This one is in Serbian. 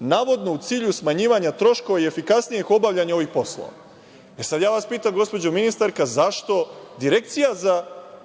navodno u cilju smanjivanja troškova i efikasnijeg obavljanja ovih poslova. Ja vas pitam, gospođo ministarka, zašto Direkcija za